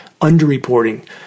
underreporting